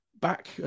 back